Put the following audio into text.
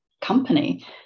company